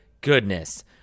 goodness